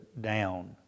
down